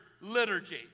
liturgy